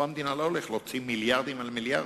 פה המדינה לא הולכת להוציא מיליארדים על מיליארדים,